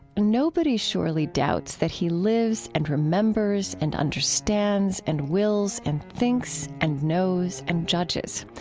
nobody surely doubts that he lives and remembers and understands and wills and thinks and knows and judges.